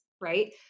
right